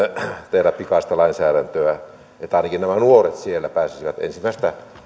tehdä pikaista lainsäädäntöä että ainakin nämä nuoret siellä pääsisivät ensimmäisestä